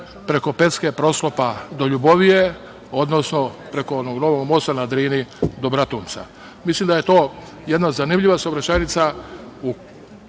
preko Pecke, Proslopa do Ljubovije, odnosno preko novog mosta na Drini do Bratunca. Mislim da je to jedna zanimljiva saobraćajnica